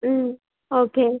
okay